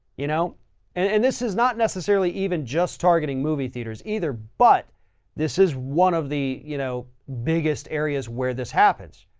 you know and this is not necessarily even just targeting movie theaters either, but this is one of the, you know, biggest areas where this happens.